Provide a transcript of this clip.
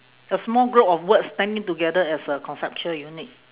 a small group of words standing together as a conceptual unit